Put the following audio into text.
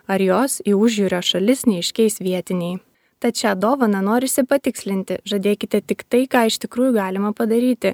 ar juos į užjūrio šalis neiškiais vietiniai tad šią dovaną norisi patikslinti žadėkite tik tai ką iš tikrųjų galima padaryti